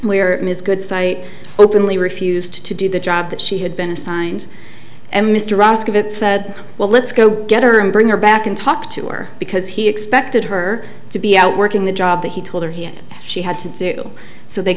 where ms good site openly refused to do the job that she had been assigned to mr ross cavitt said well let's go get her and bring her back and talk to her because he expected her to be out working the job that he told her he had she had to do so they